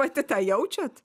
pati tą jaučiat